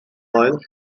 oil